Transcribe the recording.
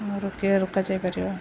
ରୋକିବା ରୋକାଯାଇପାରିବ